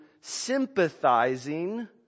sympathizing